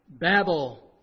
Babel